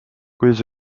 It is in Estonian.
kuidas